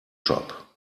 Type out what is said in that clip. shop